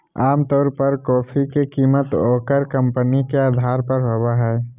आमतौर पर कॉफी के कीमत ओकर कंपनी के अधार पर होबय हइ